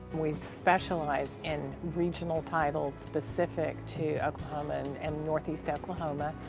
we specialize in regional titles specific to oklahoma and and northeast oklahoma.